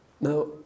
Now